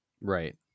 Right